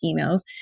emails